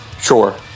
Sure